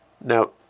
Now